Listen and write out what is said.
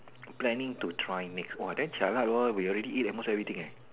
planning to try next !wah! then jialat lor we already eat almost everything leh